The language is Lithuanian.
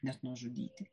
net nužudyti